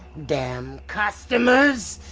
damn customers.